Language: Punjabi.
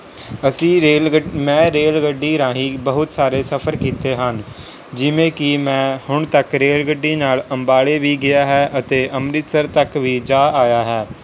ਅਸੀਂ ਰੇਲ ਗੱਡ ਮੈਂ ਰੇਲ ਗੱਡੀ ਰਾਹੀਂ ਬਹੁਤ ਸਾਰੇ ਸਫ਼ਰ ਕੀਤੇ ਹਨ ਜਿਵੇਂ ਕਿ ਮੈਂ ਹੁਣ ਤੱਕ ਰੇਲ ਗੱਡੀ ਨਾਲ਼ ਅੰਬਾਲੇ ਵੀ ਗਿਆ ਹਾਂ ਅਤੇ ਅੰਮ੍ਰਿਤਸਰ ਤੱਕ ਵੀ ਜਾ ਆਇਆ ਹਾਂ